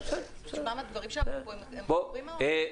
יש כמה דברים שנאמרו פה והם חמורים מאוד.